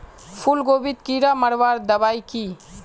फूलगोभीत कीड़ा मारवार दबाई की?